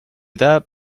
that